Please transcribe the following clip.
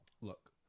look